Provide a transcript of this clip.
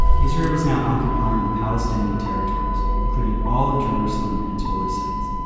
israel was now occupying the palestinian territories, including all of jerusalem and its holy sites.